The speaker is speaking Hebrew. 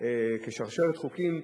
בשרשרת חוקים,